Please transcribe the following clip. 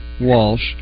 Walsh